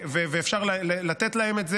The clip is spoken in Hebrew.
אפשר לתת להם את זה.